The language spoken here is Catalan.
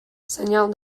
senyal